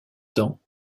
temps